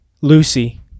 Lucy